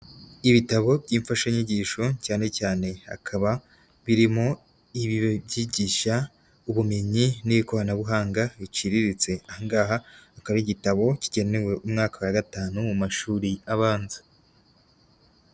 Ibitabo by'imfashanyigisho, cyane cyane hakaba birimo ibyigisha ubumenyi n'ikoranabuhanga riciriritse. Ahangaha akaba ari igitabo kigenewe umwaka wa gatanu, mu mashuri abanza.